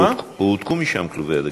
הועתקו משם כלובי הדגים.